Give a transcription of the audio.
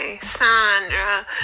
Sandra